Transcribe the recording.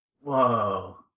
Whoa